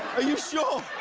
are you sure?